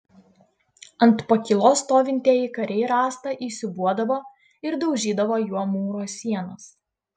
ant pakylos stovintieji kariai rąstą įsiūbuodavo ir daužydavo su juo mūro sienas